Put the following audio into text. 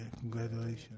congratulations